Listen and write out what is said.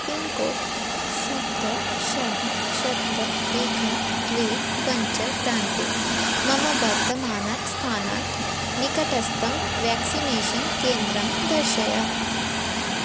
pincode सप्त षड् सप्त एकं द्वे पञ्च प्रान्ते मम वर्तमानात् स्थानात् निकटस्थं व्याक्सिनेषन् केन्द्रं दर्शय